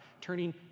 turning